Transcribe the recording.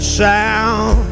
sound